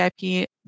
VIP